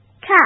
cat